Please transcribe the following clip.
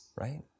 right